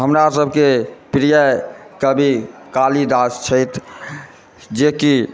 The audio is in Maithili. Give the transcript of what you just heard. हमरासभके प्रिय कवि कालिदास छथि जेकि